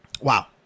Wow